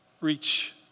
reach